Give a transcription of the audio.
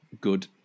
good